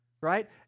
right